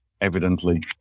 evidently